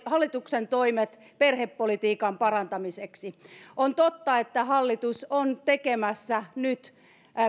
hallituksen toimet perhepolitiikan parantamiseksi on totta että hallitus on tekemässä nyt